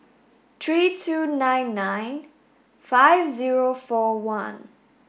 three two nine nine five zero four one